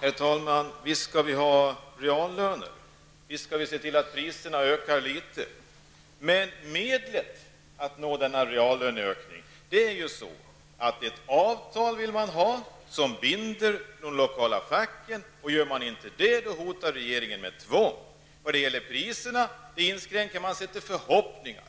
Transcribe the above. Herr talman! Visst skall reallönerna höjas och visst skall vi se till att priserna inte ökar så mycket, men det kan diskuteras vilket medel man skall använda för att nå denna reallöneökning. Regeringen vill ha ett avtal som binder de lokala facken, annars hotar man med tvång. I fråga om priserna inskränker man sig till förhoppningar.